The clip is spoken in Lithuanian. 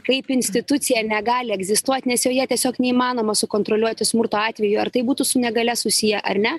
kaip institucija negali egzistuot nes joje tiesiog neįmanoma sukontroliuoti smurto atvejų ar tai būtų su negalia susiję ar ne